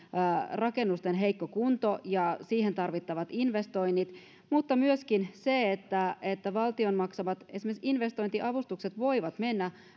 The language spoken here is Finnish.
rakennusten heikko kunto ja siihen tarvittavat investoinnit mutta myöskin se että esimerkiksi valtion maksamat investointiavustukset voivat mennä